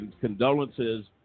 condolences